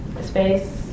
space